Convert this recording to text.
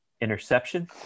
interception